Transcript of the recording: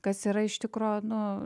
kas yra iš tikro nu